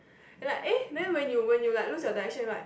and like eh then when you when you like lose your direction right